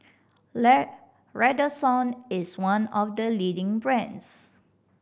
Redoxon is one of the leading brands